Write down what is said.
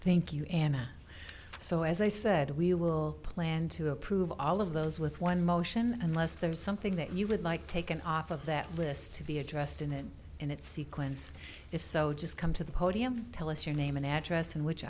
thank you and so as i said we will plan to approve all of those with one motion unless there is something that you would like taken off of that list to be addressed in and in that sequence if so just come to the podium tell us your name and address and which